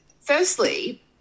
firstly